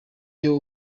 iyo